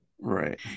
Right